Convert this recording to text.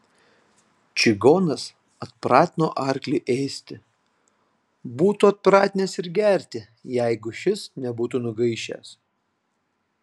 čigonas atpratino arklį ėsti būtų atpratinęs ir gerti jeigu šis nebūtų nugaišęs